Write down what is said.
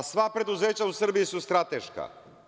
Pa, sva preduzeća u Srbiji su strateška.